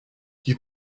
you